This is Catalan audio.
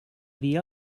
dia